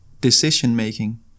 decision-making